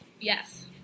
Yes